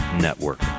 Network